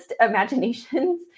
imaginations